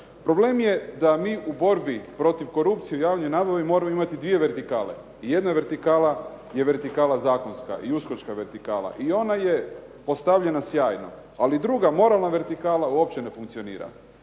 Problem je da mi u borbi protiv korupcije u javnoj nabavi moramo imati dvije vertikale. Jedna vertikala je vertikala zakonska i uskočka vertikala i ona je postavljena sjajno. Ali druga, moralna vertikala uopće ne funkcionira